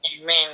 Amen